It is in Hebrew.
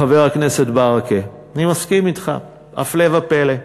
חבר הכנסת ברכה, אני מסכים אתך, הפלא ופלא,